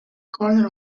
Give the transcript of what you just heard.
corner